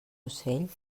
ocell